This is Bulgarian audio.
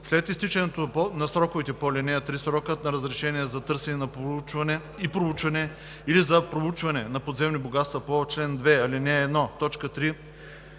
След изтичането на сроковете по ал. 3 срокът на разрешение за търсене и проучване или за проучване на подземни богатства по чл. 2, ал. 1,